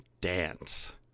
dance